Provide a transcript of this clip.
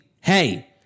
hey